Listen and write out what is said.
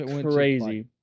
crazy